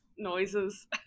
noises